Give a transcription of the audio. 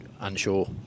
Unsure